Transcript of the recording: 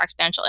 exponential